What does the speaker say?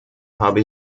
habe